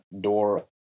door